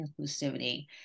inclusivity